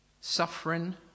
Suffering